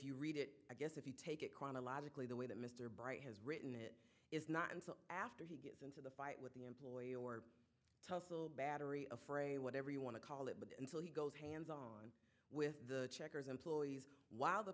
you read it i guess if you take it chronologically the way that mr bright has written it is not until after he gets into the fight with the employee or tussle battery of frey whatever you want to call it but until he goes hands up with the checkers employees while the